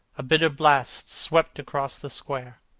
a bitter blast swept across the square.